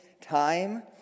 time